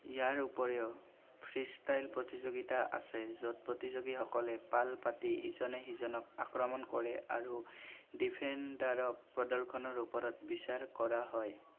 ইয়াৰ উপৰিও free style প্ৰতিযোগীতা আছে য'ত প্ৰতিযোগীসকলে পাল পাতি ইজনে সিজনক আক্ৰমণ কৰে আৰু ডিফেণ্ডাৰক প্ৰদৰ্শনৰ ওপৰত বিচাৰ কৰা হয়